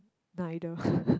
neither